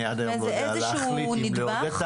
אני עד היום לא יודע להחליט אם לעודד את